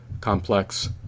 complex